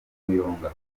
umuyonga